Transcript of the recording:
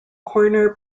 corner